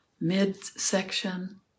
midsection